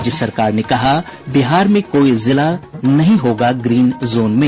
राज्य सरकार ने कहा बिहार में कोई जिला नहीं होगा ग्रीन जोन में